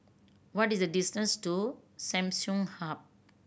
what is the distance to Samsung Hub